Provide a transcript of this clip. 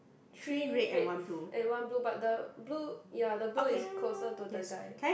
three red f~ and one blue but the blue ya the blue is closer to the guy